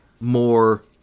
more